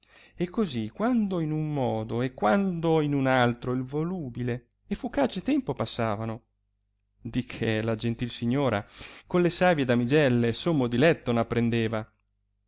e così quando in un modo e quando in un altro il volubile e fugace tempo passavano di che la gentil signora con le savie damigelle sommo diletto n apprendeva